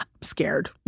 scared